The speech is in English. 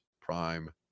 prime